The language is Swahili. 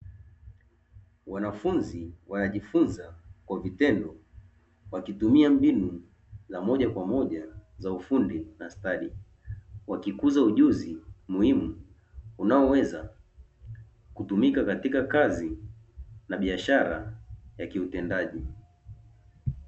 Wanafunzi wanajifunza kwa vitendo wakitumia mbinu za moja kwa moja za ufundi na stadi wakikuza ujuzi unaoweza kutumika katika kazi na biashara ya kiutendaji.